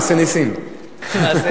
שנסים לא ידבר?